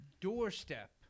doorstep